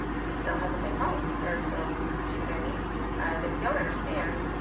um we still have the same problems. there are still too many that we don't understand.